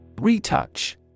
Retouch